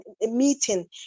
meeting